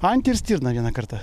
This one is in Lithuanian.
antį ir stirną vieną kartą